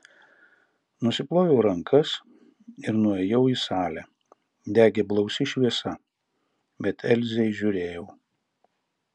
nusiploviau rankas ir nuėjau į salę degė blausi šviesa bet elzę įžiūrėjau